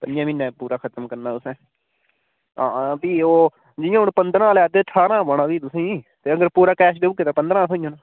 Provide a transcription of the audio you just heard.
पंजें म्हीने पूरा खत्म करना तुसें हां हां फ्ही ओह् जियां हून पंदरां दा लैते ते ठारां दा पौना फ्ही तुसेंगी ते अगर पूरा कैश देई ओड़गे ते तां पंदरां दा थ्होई जाना